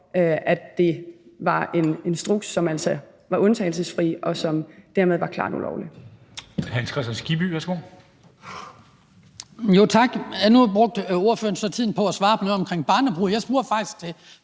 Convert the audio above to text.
det var en instruks, som altså var undtagelsesfri, og som dermed var klart ulovlig.